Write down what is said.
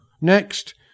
Next